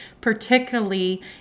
particularly